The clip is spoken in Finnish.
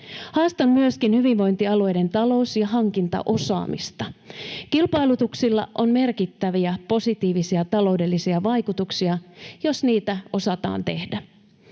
Haastan myöskin hyvinvointialueiden talous- ja hankintaosaamista. Kilpailutuksilla on merkittäviä positiivisia taloudellisia vaikutuksia, jos niitä osataan tehdä.